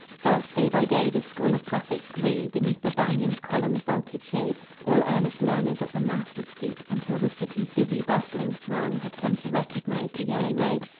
thus, day by day, this school of prophets grew, beneath the banyan's columned, vaulted shade, all earnest learners at the master's feet, until the city's busy, bustling throng had come to recognize the yellow robe,